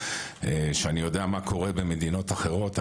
שאני יודע מה קורה במדינות אחרות.